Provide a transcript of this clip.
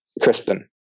Kristen